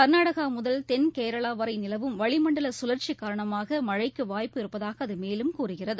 கள்நாடகாமுதல் தென்கேரளாவரைநிலவும் வளிமண்டலசுழற்சிகாரணமாகமழைக்குவாய்ப்பு இருப்பதாகஅதுமேலும் கூறுகிறது